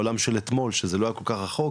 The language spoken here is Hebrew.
העולם של אתמול שזה לא היה כל כך רחוק,